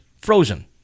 frozen